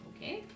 Okay